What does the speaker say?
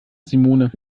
simone